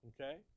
Okay